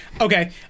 Okay